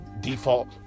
default